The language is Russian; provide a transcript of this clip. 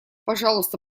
пожалуйста